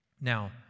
Now